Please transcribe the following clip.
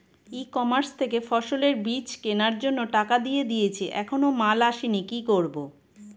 ই ecommerce ফসলের বীজ কেনার জন্য টাকা দিয়ে দিয়েছি এখনো মাল আসেনি কি করব?